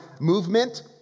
movement